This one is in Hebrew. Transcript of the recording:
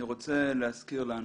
אני רוצה להזכיר לנו,